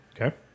Okay